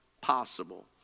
possible